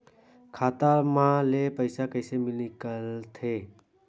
खाता मा ले पईसा कइसे निकल थे?